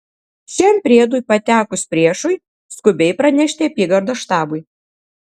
šiam priedui patekus priešui skubiai pranešti apygardos štabui